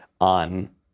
on